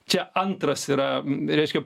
čia antras yra reiškia